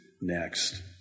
next